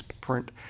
print